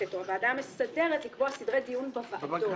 הכנסת או הוועדה המסדרת לקבוע סדרי דיון בוועדות,